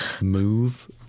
move